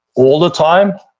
all the time,